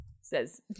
Says